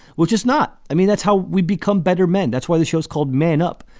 which is not i mean, that's how we become better men. that's why the show's called men up.